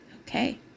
Okay